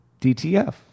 DTF